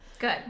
good